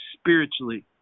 spiritually